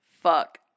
Fuck